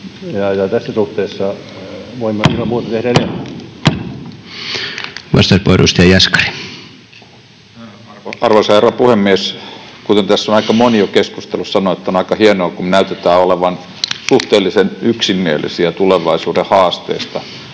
Tässä suhteessa voimme ilman muuta tehdä enemmän. Arvoisa herra puhemies! Kuten tässä on aika moni keskustelussa jo sanonut, on aika hienoa, kun näytetään olevan suhteellisen yksimielisiä tulevaisuuden haasteista,